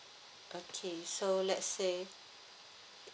okay so let say